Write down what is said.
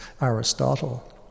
Aristotle